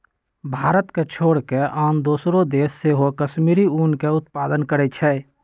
भारत के छोर कऽ आन दोसरो देश सेहो कश्मीरी ऊन के उत्पादन करइ छै